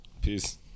Peace